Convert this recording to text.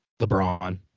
LeBron